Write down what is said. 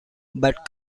but